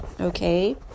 Okay